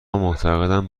معتقدند